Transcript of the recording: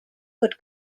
could